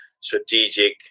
strategic